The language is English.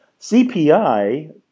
CPI